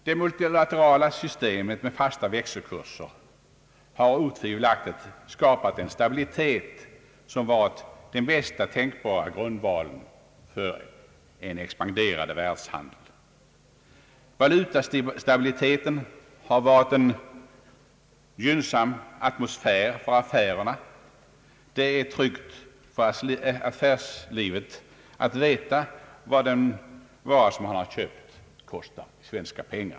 Det multilaterala systemet med fasta växelkurser har otvivelaktigt skapat en stabilitet som varit den bästa tänkbara grundvalen för en expanderande världshandel. Valutastabiliteten har skapat en gynnsam atmosfär för affärerna. Det är tryggt i affärslivet att veta vad den vara, som man har köpt, kostar i svenska pengar.